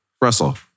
Russell